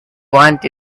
want